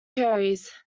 cherries